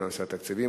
בנושא התקציבים.